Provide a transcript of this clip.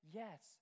yes